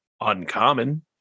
uncommon